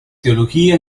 teología